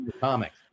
Comics